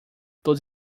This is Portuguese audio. todos